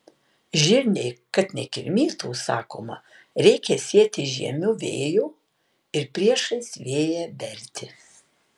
žirniai kad nekirmytų sakoma reikia sėti žiemiu vėju ir priešais vėją berti